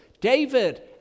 David